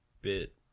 bit